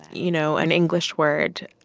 you know, an english word.